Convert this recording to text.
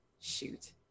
Shoot